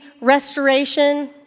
restoration